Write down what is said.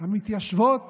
המתיישבות